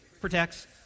protects